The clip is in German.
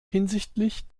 hinsichtlich